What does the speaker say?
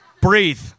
Breathe